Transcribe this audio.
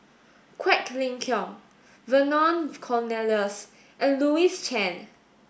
Quek Ling Kiong Vernon Cornelius and Louis Chen